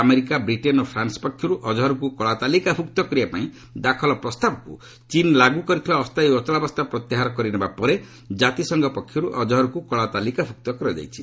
America Britain ଓ France ପକ୍ଷରୁ ଅଜ୍ହର୍କୁ କଳାତାଲିକାଭୁକ୍ତ କରିବାପାଇଁ ଦାଖଲ ପ୍ରସ୍ତାବକୁ ଚୀନ୍ ଲାଗୁ କରିଥିବା ଅସ୍ଥାୟୀ ଅଚଳାବସ୍ଥା ପ୍ରତ୍ୟାହାର କରିନେବା ପରେ କାତିସଂଘ ପକ୍ଷରୁ ଅଜ୍ହର୍କୁ କଳା ତାଲିକାଭୁକ୍ତ କରାଯାଇଛି